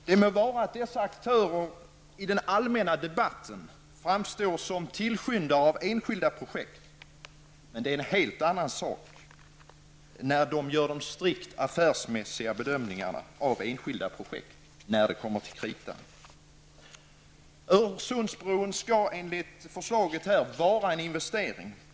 Det må vara att dessa aktörer i den allmänna debatten framstår som tillskyndare av enskilda projekt. En helt annan sak är deras strikt affärsmässiga bedömningar av enskilda projekt när det kommer till kritan. Öresundsbron skall vara en investering.